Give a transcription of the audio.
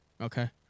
Okay